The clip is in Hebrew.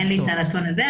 אין לי את הנתון הזה.